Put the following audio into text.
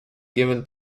given